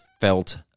felt